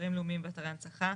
אתרים לאומיים ואתרי הנצחה,